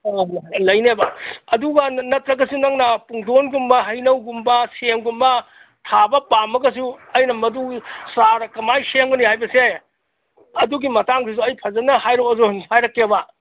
ꯑꯥ ꯂꯩꯅꯦꯕ ꯑꯗꯨꯒ ꯅꯠꯇ꯭ꯔꯒꯁꯨ ꯅꯪꯅ ꯄꯨꯡꯗꯣꯟꯒꯨꯝꯕ ꯍꯩꯅꯧꯒꯨꯝꯕ ꯁꯦꯝꯒꯨꯝꯕ ꯊꯥꯕ ꯄꯥꯝꯃꯒꯁꯨ ꯑꯩꯅ ꯃꯗꯨ ꯆꯥꯔ ꯀꯃꯥꯏꯅ ꯁꯦꯝꯒꯅꯤ ꯍꯥꯏꯕꯁꯦ ꯑꯗꯨꯒꯤ ꯃꯇꯥꯡꯗꯨꯁꯨ ꯑꯩ ꯐꯖꯅ ꯍꯥꯏꯔꯛꯑꯣꯁꯨ ꯍꯥꯏꯔꯛꯀꯦꯕ